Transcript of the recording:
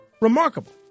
remarkable